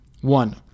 One